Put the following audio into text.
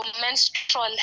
menstrual